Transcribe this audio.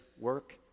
work